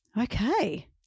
Okay